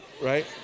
Right